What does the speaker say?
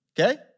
Okay